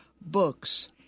Books